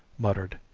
muttered,